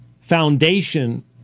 foundation